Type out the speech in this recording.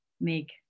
make